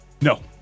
No